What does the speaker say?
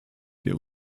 der